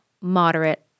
moderate